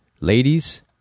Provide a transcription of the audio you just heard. ladies